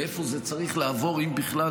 איפה זה צריך לעבור ואם בכלל,